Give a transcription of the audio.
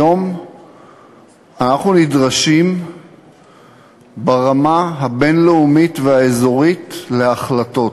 היום אנו נדרשים ברמה הבין-לאומית והאזורית להחלטות.